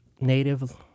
native